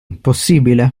possibile